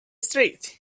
street